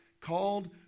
called